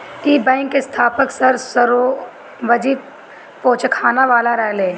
इ बैंक के स्थापक सर सोराबजी पोचखानावाला रहले